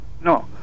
No